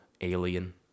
alien